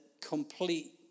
complete